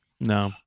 No